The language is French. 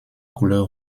couleur